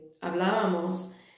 hablábamos